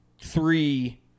three